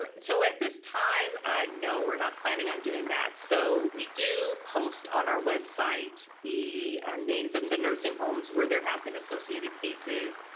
um so at this time no we're not planning on doing that so we do post on our website the names of the nursing homes where there have been associated cases.